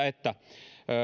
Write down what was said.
että